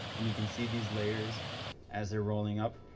and you can see these layers as they're rolling up.